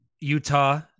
Utah